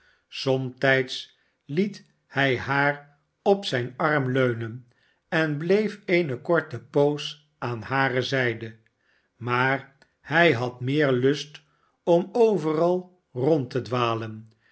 somtijds liet hij haar op zijn arm leunen en bleef eene korte poos aan hare zijde maar hij had meer lust om overal rond te dwalen